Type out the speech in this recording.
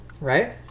Right